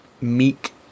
meek